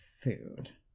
food